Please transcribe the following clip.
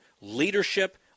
leadership